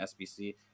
SBC